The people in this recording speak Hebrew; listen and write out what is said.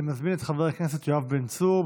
אני מזמין את חבר הכנסת יואב בן צור.